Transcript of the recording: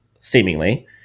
seemingly